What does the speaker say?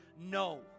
no